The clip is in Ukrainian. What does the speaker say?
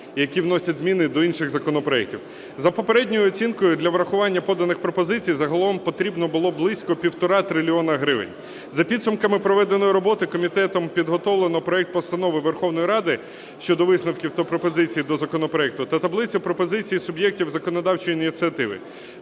які вносять зміни до інших законопроектів. За попередньою оцінкою, для врахування поданих пропозицій загалом потрібно було близько 1,5 трильйони гривень. За підсумками проведеної роботи комітетом підготовлено проект Постанови Верховної Ради щодо висновків та пропозицій до законопроекту та таблиця пропозицій суб'єктів законодавчої ініціативи.